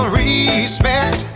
respect